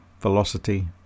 velocity